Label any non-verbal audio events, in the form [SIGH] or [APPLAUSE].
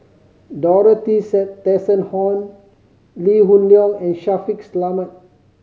[UNINTELLIGIBLE] Tessensohn Lee Hoon Leong and Shaffiq Selamat